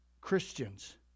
Christians